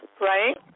right